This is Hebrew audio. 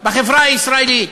בחברה הישראלית,